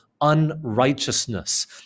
unrighteousness